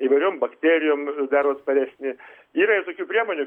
įvairiom bakterijom daro atsparesnį yra ir tokių priemonių